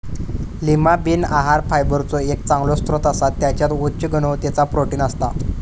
Lima bean आहार फायबरचो एक चांगलो स्त्रोत असा त्याच्यात उच्च गुणवत्तेचा प्रोटीन असता